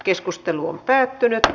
keskustelua ei syntynyt